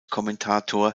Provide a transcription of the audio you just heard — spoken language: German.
kommentator